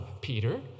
Peter